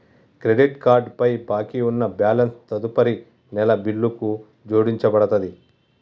credit card పై బాకీ ఉన్న బ్యాలెన్స్ తదుపరి నెల బిల్లుకు జోడించబడతది